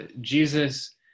Jesus